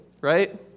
right